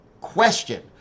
question